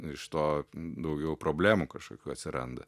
iš to daugiau problemų kažkokių atsiranda